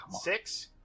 Six